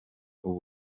ubu